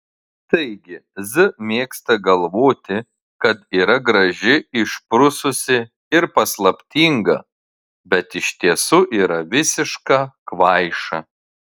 taigi z mėgsta galvoti kad yra graži išprususi ir paslaptinga bet iš tiesų yra visiška kvaiša